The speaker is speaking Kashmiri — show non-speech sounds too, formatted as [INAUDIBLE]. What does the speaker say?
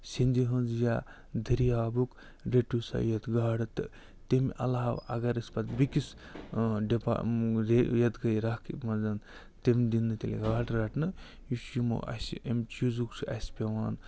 سِنٛدِ ہٕنٛز یا دٔریاوُک رٔٹِو سا ییٚتہِ گاڈٕ تہٕ تَمہِ علاوٕ اَگر أسۍ پتہٕ بیٚکِس ڈِپا [UNINTELLIGIBLE] ییٚتہِ کٕے راکھِ منٛز تِم دِن نہٕ تیٚلہِ گاڈٕ رَٹنہٕ یہِ چھِ یِمَو اَسہِ اَمہِ چیٖزُک چھُ اَسہِ پٮ۪وان